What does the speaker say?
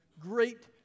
Great